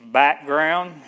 background